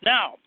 Now